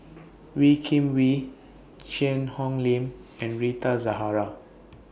Wee Kim Wee Cheang Hong Lim and Rita Zahara